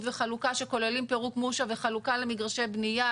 וחלוקה שכוללות פירוק מושע וחלוקה למגרשי בניה,